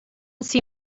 see